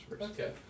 Okay